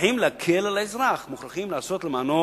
מוכרחים להקל על האזרח, מוכרחים לעשות משהו למענו,